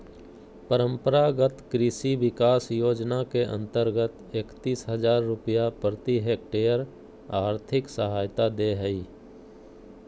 परम्परागत कृषि विकास योजना के अंतर्गत एकतीस हजार रुपया प्रति हक्टेयर और्थिक सहायता दे हइ